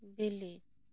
ᱵᱤᱞᱤ